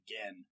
again